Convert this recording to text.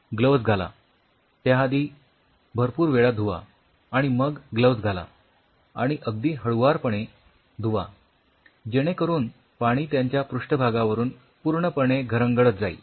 gloves घाला त्याआधी भरपूर वेळा धुवा आणि मग ग्लोव्हज घाला आणि अगदी हळुवारपणे धुवा जेणे करून पाणी त्यांच्या पृष्ठभागावरून पूर्णपणे घरंगळत जाईल